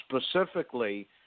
Specifically